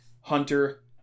Hunter